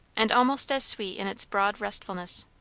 and almost as sweet in its broad restfulness.